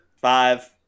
Five